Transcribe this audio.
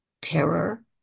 terror